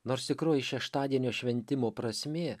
nors tikroji šeštadienio šventimo prasmė